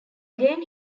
again